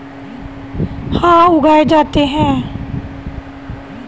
agroforestry भूमि में पेड़ फल, मेवों और दवाओं के लिए भी उगाए जाते है